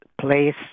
place